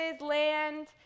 land